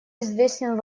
известен